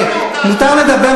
אתה עוד תלמד מוסריות מאתנו,